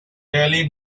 really